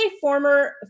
former